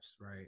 right